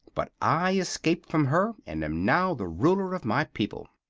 but i escaped from her and am now the ruler of my people.